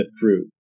fruit